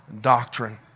doctrine